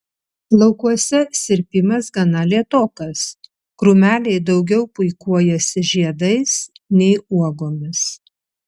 laukuose sirpimas gana lėtokas krūmeliai daugiau puikuojasi žiedais nei uogomis